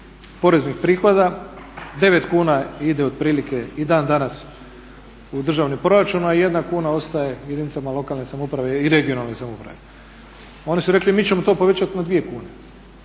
poreznih prihoda 9 kuna ide otprilike i dan danas u državni proračun a 1 kuna ostaje jedinicama lokalne samouprave i regionalne samouprave. Oni su rekli mi ćemo to povećati na 2 kune.